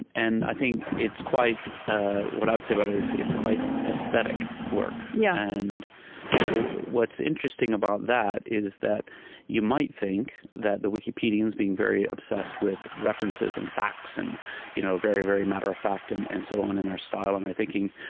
and and i think it's quite what i would say about it is it's quite aesthetic work. yeah and what's interesting about that is that you might think that the wikipedians, being very obsessed with references and facts and you know very, very matter of fact and and so on in our style and our thinking,